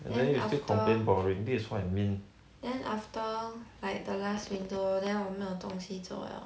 then after then after like the last window then 我没有东西做了